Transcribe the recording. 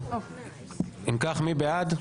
אם כך, מי בעד?